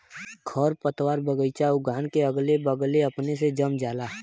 खरपतवार बगइचा उद्यान के अगले बगले अपने से जम जाला